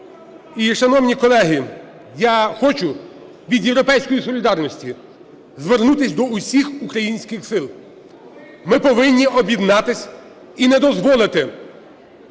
шановні колеги, я хочу від "Європейської солідарності" звернутись до усіх українських сил: ми повинні об'єднатись і не дозволити